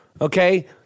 okay